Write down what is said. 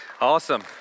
Awesome